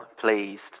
pleased